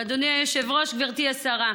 אדוני היושב-ראש, גברתי השרה,